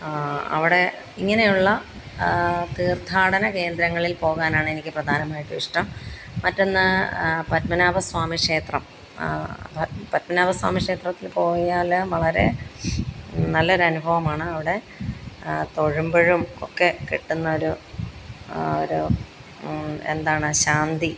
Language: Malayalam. അവിടെ ഇങ്ങനെയുള്ള തീര്ത്ഥാടന കേന്ദ്രങ്ങളില് പോകാനാണ് എനിക്ക് പ്രധാനമായിട്ടും ഇഷ്ടം മറ്റൊന്ന് പത്മനാഭ സ്വാമി ക്ഷേത്രം പത്മനാഭ സ്വാമി ക്ഷേത്രത്തിൽ പോയാൽ വളരെ നല്ലൊരനുഭവമാണ് അവിടെ തൊഴുമ്പോഴും ഒക്കെ കിട്ടുന്നൊരു ഒരു എന്താണ് ശാന്തി